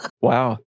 Wow